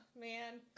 Man